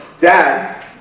Dad